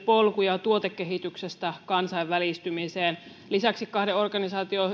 polkuja tuotekehityksestä kansainvälistymiseen lisäksi kahden organisaation